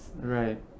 right